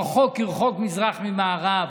רחוק כרחוק מזרח ממערב.